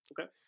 Okay